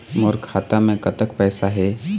मोर खाता मे कतक पैसा हे?